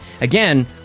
Again